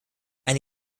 eine